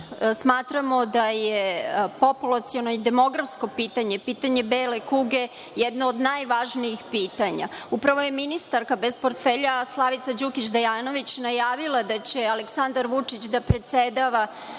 smatramo da je populaciono i demografsko pitanje, pitanje bele kuge jedno od najvažnijih pitanja. Upravo je ministarka bez portfelja Slavica Đukić Dejanović najavila da će Aleksandar Vučić da predsedava